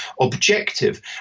objective